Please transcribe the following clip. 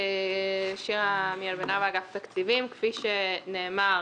כפי שנאמר,